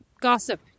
gossip